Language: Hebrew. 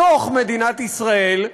בתוך מדינת ישראל,